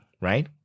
right